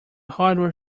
hardware